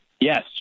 Yes